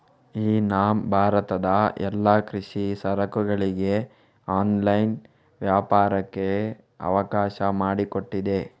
E NAM ಭಾರತದ ಎಲ್ಲಾ ಕೃಷಿ ಸರಕುಗಳಿಗೆ ಆನ್ಲೈನ್ ವ್ಯಾಪಾರಕ್ಕೆ ಅವಕಾಶ ಮಾಡಿಕೊಟ್ಟಿದೆ